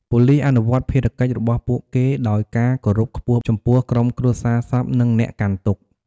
ប៉ូលីសអនុវត្តភារកិច្ចរបស់ពួកគេដោយការគោរពខ្ពស់ចំពោះក្រុមគ្រួសារសព និងអ្នកកាន់ទុក្ខ។